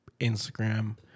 Instagram